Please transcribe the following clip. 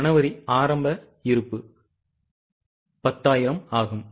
ஜனவரி ஆரம்ப இருப்பு 10000 ஆகும்